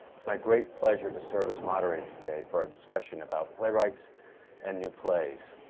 it's my great pleasure to serve as moderator today for our discussion about playwrights and new plays.